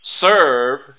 serve